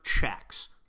checks